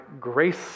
grace